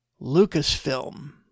Lucasfilm